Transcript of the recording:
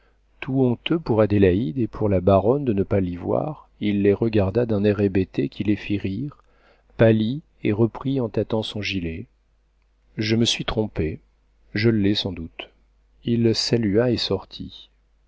tout honteux pour adélaïde et pour la baronne de ne pas l'y voir il les regarda d'un air hébété qui les fit rire pâlit et reprit en tâtant son gilet je me suis trompé je l'ai sans doute il salua et sortit